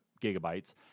gigabytes